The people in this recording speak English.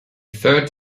third